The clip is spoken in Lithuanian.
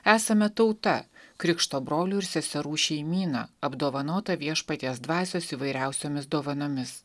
esame tauta krikšto brolių ir seserų šeimyna apdovanota viešpaties dvasios įvairiausiomis dovanomis